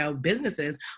businesses